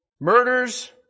murders